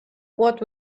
what